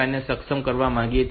5 ને સક્ષમ કરવા માંગીએ છીએ